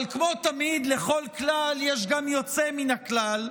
אבל כמו תמיד, לכל כלל יש גם יוצא מן הכלל,